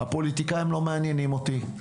הפוליטיקאים לא מעניינים אותי,